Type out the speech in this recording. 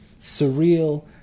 surreal